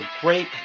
great